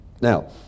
Now